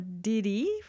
Diddy